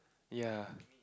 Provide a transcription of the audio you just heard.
ya